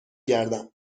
گردم